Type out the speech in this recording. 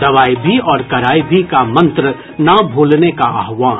दवाई भी और कड़ाई भी का मंत्र ना भूलने का आह्वान